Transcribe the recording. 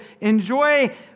enjoy